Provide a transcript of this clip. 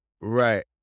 Right